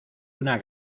una